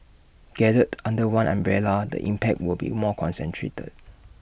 gathered under one umbrella the impact will be more concentrated